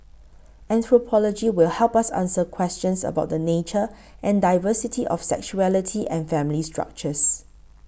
anthropology will help us answer questions about the nature and diversity of sexuality and family structures